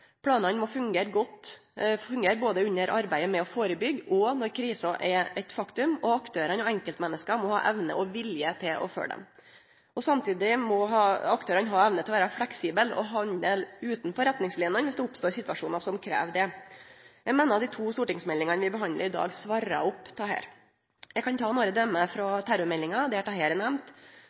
Planane må fungere både under arbeidet med å førebyggje og når krisa er eit faktum, og aktørane og enkeltmenneska må ha evne og vilje til å følgje dei. Samtidig må aktørane ha evne til å vere fleksible og handle utanfor retningslinene viss det oppstår situasjonar som krev det. Eg meiner dei to stortingsmeldingane vi behandlar i dag, svarar på dette. Eg kan ta nokre døme frå terrormeldinga, der dette er nemnt: